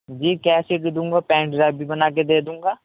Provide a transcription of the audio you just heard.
جی cassette بھی دوں گا پین ڈرائیو بھی بنا کے دے دوں گا